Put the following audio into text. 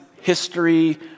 history